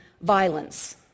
violence